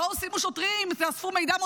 בואו, שימו שוטרים, תאספו מידע מודיעיני,